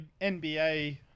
NBA